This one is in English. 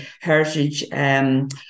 Heritage